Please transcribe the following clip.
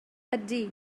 ydy